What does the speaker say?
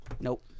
Nope